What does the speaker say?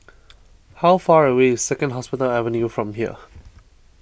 how far away is Second Hospital Avenue from here